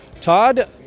Todd